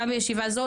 גם בישיבה זו,